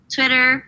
Twitter